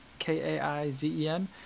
k-a-i-z-e-n